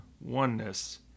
oneness